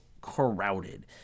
crowded